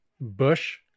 Bush